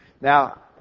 Now